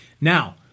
Now